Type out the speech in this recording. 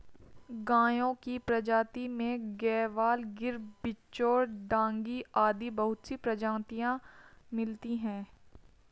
गायों की प्रजाति में गयवाल, गिर, बिच्चौर, डांगी आदि बहुत सी प्रजातियां मिलती है